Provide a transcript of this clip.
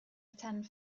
attend